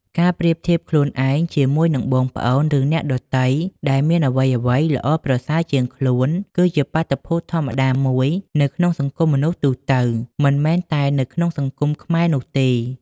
ការប្រៀបធៀបខ្លួនឯងជាមួយនឹងបងប្អូន ឬអ្នកដទៃដែលមានអ្វីៗល្អប្រសើរជាងខ្លួន គឺជាបាតុភូតធម្មតាមួយនៅក្នុងសង្គមមនុស្សទូទៅ មិនមែនតែនៅក្នុងសង្គមខ្មែរនោះទេ។